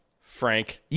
Frank